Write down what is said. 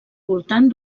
voltant